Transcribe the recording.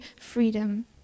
freedom